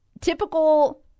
typical